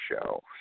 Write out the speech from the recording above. show